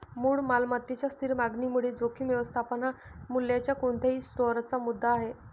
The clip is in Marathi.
मूळ मालमत्तेच्या स्थिर मागणीमुळे जोखीम व्यवस्थापन हा मूल्याच्या कोणत्याही स्टोअरचा मुद्दा आहे